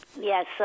Yes